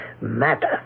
matter